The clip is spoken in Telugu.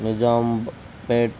నిజాంపేట్